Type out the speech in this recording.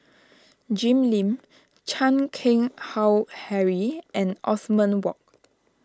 Jim Lim Chan Keng Howe Harry and Othman Wok